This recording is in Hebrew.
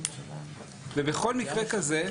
ובכל מקרה כזה,